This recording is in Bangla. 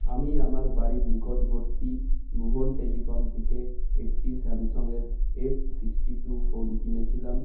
আমি আমার বাড়ির নিকটবর্তী মোহন টেলিকম থেকে একটি স্যামসঙের এফ সিক্সটি টু ফোন কিনেছিলাম